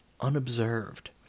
unobserved